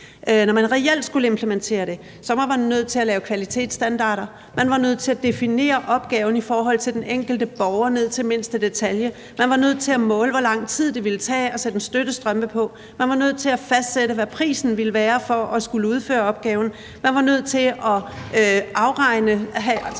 det var jeg nemlig med til, så var man nødt til at lave kvalitetsstandarder. Man var nødt til at definere opgaven i forhold til den enkelte borger ned til mindste detalje. Man var nødt til at måle, hvor lang tid det ville tage at sætte en støttestrømpe på. Man var nødt til at fastsætte, hvad prisen ville være for at skulle udføre opgaven. Man var nødt til at afregne